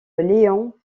léon